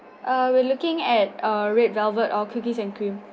uh we're looking at a red velvet or cookies and cream